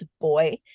boy